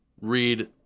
read